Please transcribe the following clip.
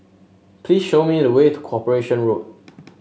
please show me the way to Corporation Road